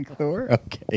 okay